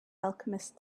alchemist